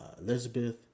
Elizabeth